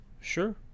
Sure